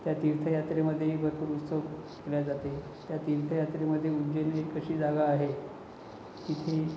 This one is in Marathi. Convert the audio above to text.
त्या तीर्थयात्रेमध्ये भरपूर उत्सव केल्या जाते त्या तीर्थयात्रेमध्ये उज्जैन हे एक अशी जागा आहे तिथे